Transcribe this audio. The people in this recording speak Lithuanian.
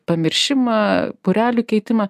pamiršimą burelių keitimą